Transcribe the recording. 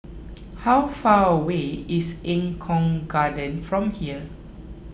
how far away is Eng Kong Garden from here